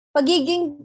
Pagiging